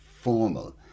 formal